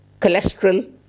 cholesterol